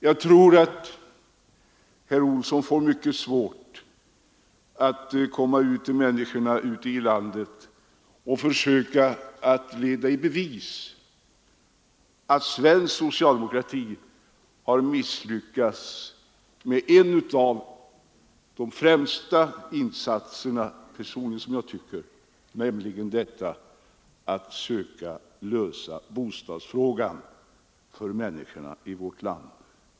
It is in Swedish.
Jag tror att herr Olsson får mycket svårt att komma till människorna ute i landet och försöka leda i bevis att svensk socialdemokrati har misslyckats med en av sina, som jag personligen tycker, främsta insatser, nämligen att söka lösa bostadsfrågan för människorna i vårt land.